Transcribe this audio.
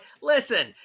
listen